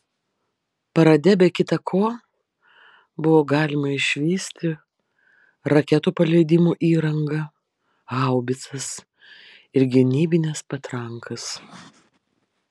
parade be kita ko buvo galima išvysti raketų paleidimo įrangą haubicas ir gynybines patrankas